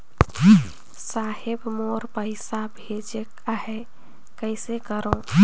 साहेब मोर पइसा भेजेक आहे, कइसे करो?